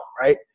right